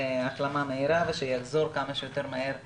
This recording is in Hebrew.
החלמה מהירה ושיחזור כמה שיותר מהר לכאן.